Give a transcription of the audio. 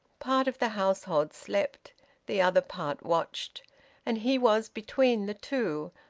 part of the household slept the other part watched and he was between the two,